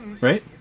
Right